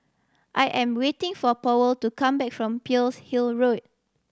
I am waiting for Powell to come back from Pearl's Hill Road